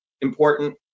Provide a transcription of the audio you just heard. important